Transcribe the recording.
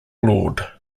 lord